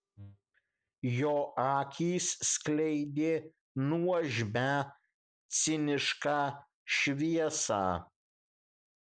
jo akys skleidė nuožmią cinišką šviesą